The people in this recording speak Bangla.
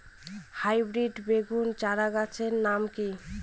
হাইব্রিড বেগুন চারাগাছের নাম কি?